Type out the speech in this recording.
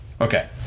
Okay